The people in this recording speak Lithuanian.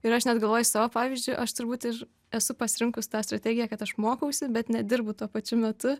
ir aš net galvoju savo pavyzdžiui aš turbūt ir esu pasirinkus tą strategiją kad aš mokausi bet nedirbu tuo pačiu metu